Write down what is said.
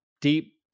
deep